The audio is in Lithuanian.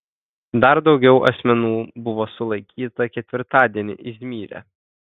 dar daugiau asmenų buvo sulaikyta ketvirtadienį izmyre